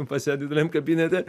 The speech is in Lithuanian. pas ją dideliam kabinete